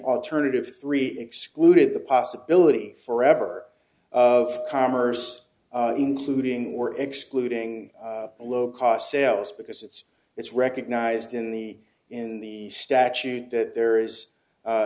alternative three excluded the possibility for ever of commerce including war excluding low cost sales because it's it's recognized in the in the statute that there is